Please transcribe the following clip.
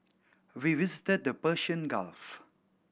we visited the Persian Gulf